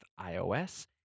iOS